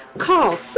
call